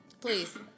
Please